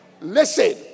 Listen